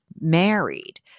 married